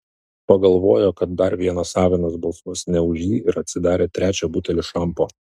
pagalvojo kad dar vienas avinas balsuos ne už jį ir atsidarė trečią butelį šampo